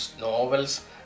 novels